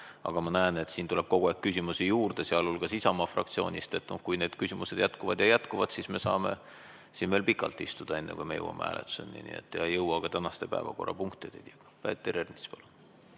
Aga ma näen, et siin tuleb kogu aeg küsimusi juurde, sh Isamaa fraktsioonist. Kui need küsimused jätkuvad ja jätkuvad, siis me saame siin veel pikalt istuda, enne kui me jõuame hääletuseni, ega jõua ka tänaste päevakorrapunktideni. Peeter Ernits, palun!